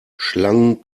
schlangen